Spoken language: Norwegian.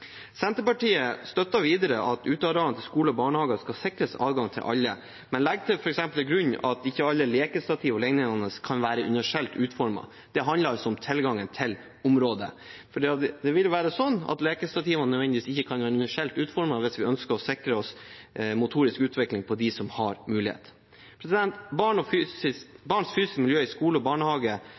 Senterpartiet støtter videre at utearealene til skole og barnehager skal sikres adgang til for alle, men legger f.eks. til grunn at ikke alle lekestativ o.l. kan være universelt utformet. Det handler altså om tilgangen til området, for lekestativene kan ikke nødvendigvis være universelt utformet hvis vi ønsker å sikre oss motorisk utvikling for dem som har mulighet. Barns fysiske miljø i skole og barnehage